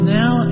now